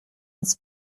his